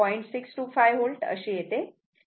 0625 V अशी येते